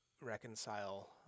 reconcile